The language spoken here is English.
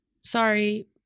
Sorry